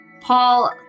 Paul